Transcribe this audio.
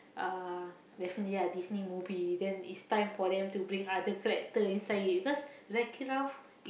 uh definitely ya Disney movie then it's time for them to bring other character inside because Wreck It Ralph